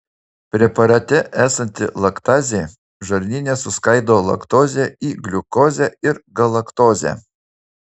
preparate esanti laktazė žarnyne suskaido laktozę į gliukozę ir galaktozę